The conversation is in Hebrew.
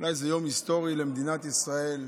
באמת זה יום היסטורי למדינת ישראל,